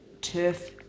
turf